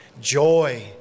joy